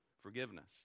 forgiveness